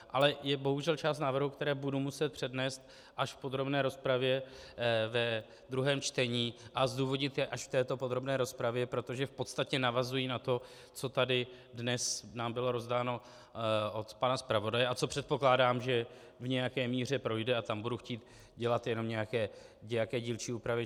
Ale je bohužel část návrhů, které budu muset přednést až v podrobné rozpravě ve druhém čtení a zdůvodnit je až v této podrobné rozpravě, protože v podstatě navazují na to, co nám tady dnes bylo rozdáno od pana zpravodaje a co předpokládám, že v nějaké míře projde, a tam budu chtít dělat jenom nějaké dílčí úpravy.